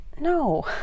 No